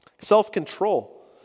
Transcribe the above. Self-control